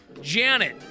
Janet